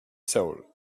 soul